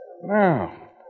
Now